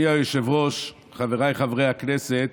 אדוני היושב-ראש, חבריי חברי הכנסת,